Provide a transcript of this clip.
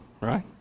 right